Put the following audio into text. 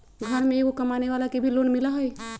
घर में एगो कमानेवाला के भी लोन मिलहई?